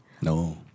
No